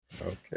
okay